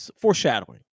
foreshadowing